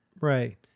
Right